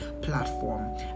platform